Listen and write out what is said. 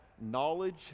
knowledge